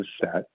set